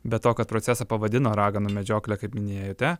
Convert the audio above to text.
be to kad procesą pavadino raganų medžiokle kaip minėjote